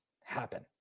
happen